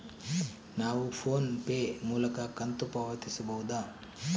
ನಾವು ಫೋನ್ ಪೇ ಮೂಲಕ ಕಂತು ಪಾವತಿಸಬಹುದಾ?